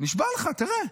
נשבע לך, תראה.